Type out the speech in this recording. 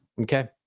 Okay